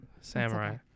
samurai